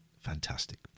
Fantastic